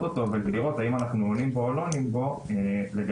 אותו ולראות אם אנחנו עונים בו או לא עונים בו --- לא,